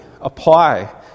apply